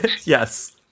yes